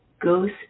goes